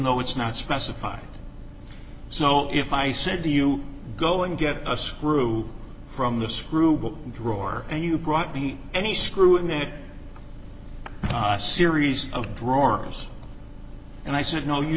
though it's not specified so if i said to you go and get a screw from this frugal drawer and you brought me any screw in a series of drawers and i said no you